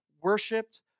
worshipped